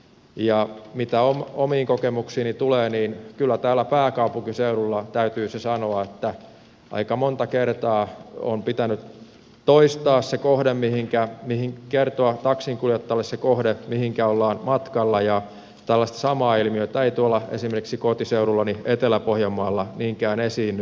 ja mitä omiin kokemuksiini tulee niin kyllä täällä pääkaupunkiseudulla täytyy se sanoa että aika monta kertaa on pitänyt toistaa se kohde kertoa taksinkuljettajalle se kohde mihinkä ollaan matkalla ja tällaista samaa ilmiötä ei esimerkiksi tuolla kotiseudullani etelä pohjanmaalla niinkään esiinny